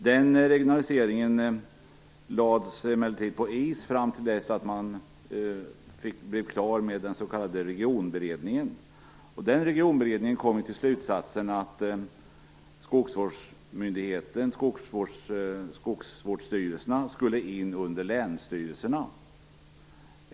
Denna regionalisering lades emellertid på is fram till dess att man blev klar med Regionberedningen. Denna regionberedning kom fram till slutsatsen att skogsvårdsstyrelserna skulle inordnas under länsstyrelserna.